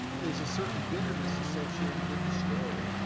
there's a certain bitterness associated with the story.